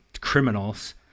criminals –